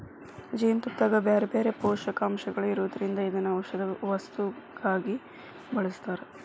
ಜೇನುತುಪ್ಪದಾಗ ಬ್ಯಾರ್ಬ್ಯಾರೇ ಪೋಷಕಾಂಶಗಳು ಇರೋದ್ರಿಂದ ಇದನ್ನ ಔಷದ ವಸ್ತುವಾಗಿ ಬಳಸ್ತಾರ